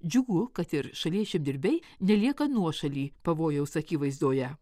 džiugu kad ir šalies žemdirbiai nelieka nuošaly pavojaus akivaizdoje